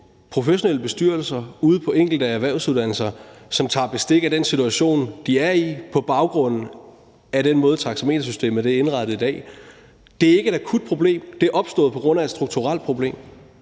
professionelle bestyrelser ude på enkelte erhvervsuddannelser, som tager bestik af den situation, de er i, på baggrund af den måde, taxametersystemet er indrettet på i dag. Det er ikke et akut problem. Det er opstået på grund af et strukturelt problem.